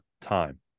time